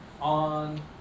on